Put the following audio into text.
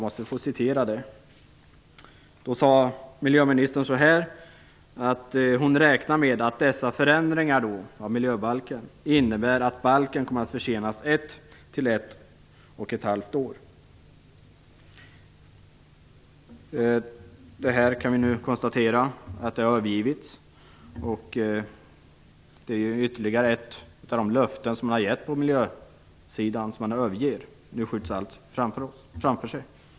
Miljöministern sade: Jag räknar med att dessa förändringar av miljöbalken innebär att balken kommer att försenas ett till ett och ett halvt år. Vi kan nu konstatera att löftet har övergivits. Det är ytterligare ett av de löften på miljösidan som man nu överger. Nu skjuter man allt framför sig.